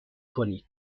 کنید